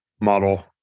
model